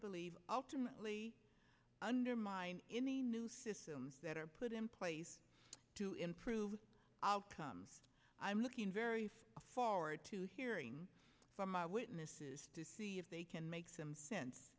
believe ultimately undermine in the new systems that are put in place to improve outcomes i'm looking very forward to hearing from eyewitnesses to see if they can make some sense